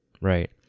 Right